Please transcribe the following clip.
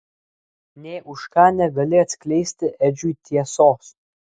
nė už ką negali atskleisti edžiui tiesos